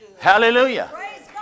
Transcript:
Hallelujah